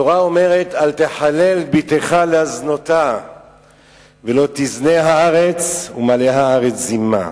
התורה אומרת: אל תחלל בתך להזנותה ולא תזנה הארץ ומלאה הארץ זימה.